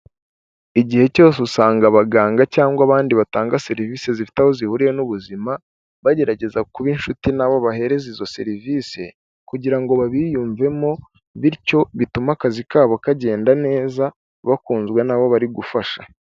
Igihe cyose usanga abaganga cyangwa abandi batanga serivisi zifite aho zihuriye n'ubuzima bagerageza kuba inshuti n'abo bahereza izo serivise. Kugira ngo ngo babiyumvemo bityo bituma akazi kabo kagenda neza bakunzwe nabo bari gufasha.